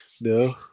No